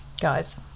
Guys